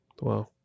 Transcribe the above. Wow